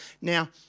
Now